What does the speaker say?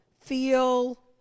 feel